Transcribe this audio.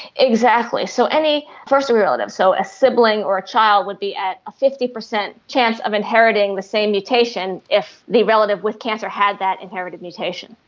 exactly. so any first-degree relative, so a sibling or a child would be at a fifty percent chance of inheriting the same mutation if the relative with cancer had that inherited mutation.